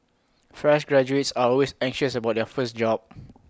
fresh graduates are always anxious about their first job